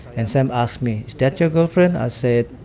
and sam asked me, is that your girlfriend? i said,